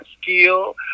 skill